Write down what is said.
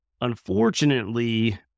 unfortunately